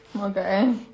Okay